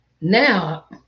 Now